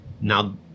Now